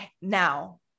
now